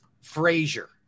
Frazier